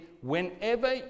whenever